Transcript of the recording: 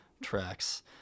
tracks